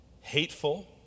hateful